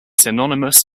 synonymous